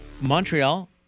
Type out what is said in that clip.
Montreal